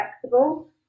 flexible